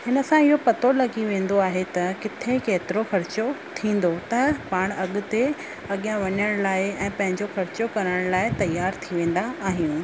हिन सां इहो पतो लॻी वेंदो आहे त किथे केतिरो ख़र्चो थींदो त पाण अॻिते अॻियां वञण लाइ ऐं पंहिंजो ख़र्चो करण लाइ तियारु थी वेंदा आहियूं